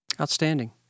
Outstanding